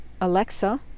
alexa